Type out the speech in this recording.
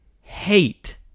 hate